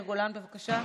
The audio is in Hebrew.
יאיר גולן, בבקשה,